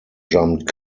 jumped